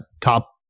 top